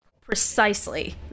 Precisely